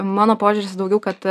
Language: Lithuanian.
mano požiūris daugiau kad